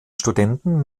studenten